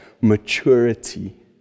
maturity